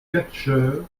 catcheur